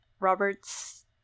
Robert's